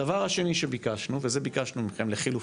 הדבר השני שביקשנו, ואת זה ביקשנו מכם לחילופים,